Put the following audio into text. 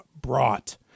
brought